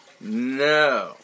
No